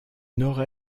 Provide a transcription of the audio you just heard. nord